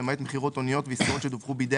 למעט מכירות הוניות ועסקאות שדווחו בידי